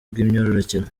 bw’imyororokere